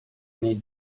made